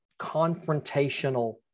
confrontational